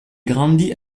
grandi